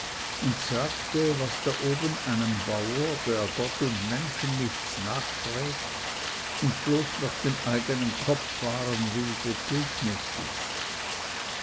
und sagte was da oben einem bauer der gott und menschen nichts nachfrägt und bloß nach dem eigenen kopf fahren will begegnet ist